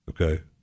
Okay